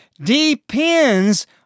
depends